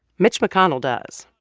mitch mcconnell does.